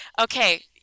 Okay